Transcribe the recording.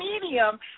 medium